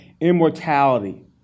immortality